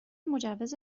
مجوز